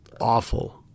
awful